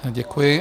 Děkuji.